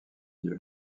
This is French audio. dieu